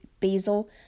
Basil